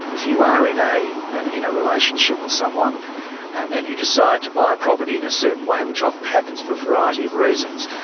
if you are in a and you know relationship with someone and you decide to buy a property in a certain way, which often happens for a variety of reasons,